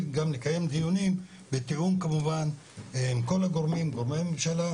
גם לקיים דיונים בתיאום כל הגורמים בממשלה,